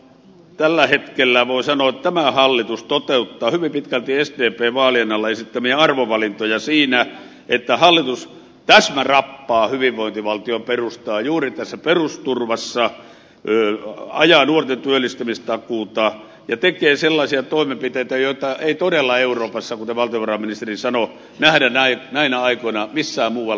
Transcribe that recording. meillä tällä hetkellä voi sanoa tämä hallitus toteuttaa hyvin pitkälti sdpn vaalien alla esittämiä arvovalintoja siinä että hallitus täsmärappaa hyvinvointivaltion perustaa juuri tässä perusturvassa ajaa nuorten työllistämistakuuta ja tekee etupainotteisesti sellaisia toimenpiteitä joita ei todella euroopassa kuten valtiovarainministeri sanoi nähdä näinä aikoina missään muualla